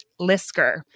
Lisker